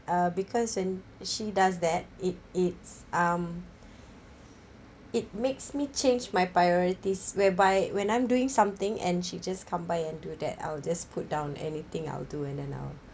uh because in she does that it it's um it makes me change my priorities whereby when I'm doing something and she just come by and do that I'll just put down anything I'll do and then now